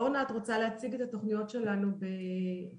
אורנה את רוצה להציג את התוכניות שלנו בפיזיקה.